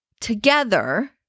Together